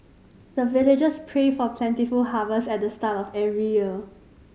the villagers pray for plentiful harvest at the start of every year